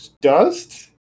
dust